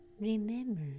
remember